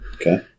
Okay